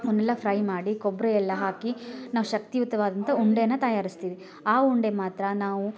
ಅವನ್ನೆಲ್ಲ ಫ್ರೈ ಮಾಡಿ ಕೊಬ್ಬರಿಯೆಲ್ಲ ಹಾಕಿ ನಾವು ಶಕ್ತಿಯುತವಾದಂಥಾ ಉಂಡೆನ ತಯಾರಿಸ್ತೀವಿ ಆ ಉಂಡೆ ಮಾತ್ರ ನಾವು